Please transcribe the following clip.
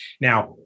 Now